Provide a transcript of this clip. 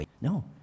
No